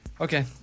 Okay